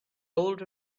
old